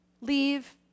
leave